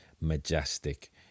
majestic